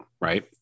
Right